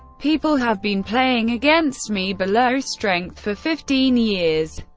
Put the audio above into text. people have been playing against me below strength for fifteen years.